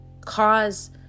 cause